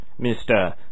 Mr